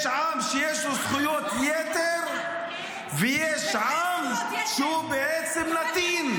יש עם שיש לו זכויות יתר, ויש עם שהוא בעצם נתין.